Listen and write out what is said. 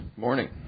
morning